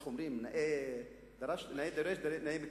איך אומרים, נאה דורש נאה מקיים,